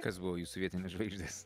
kas buvo jūsų vietinės žvaigždės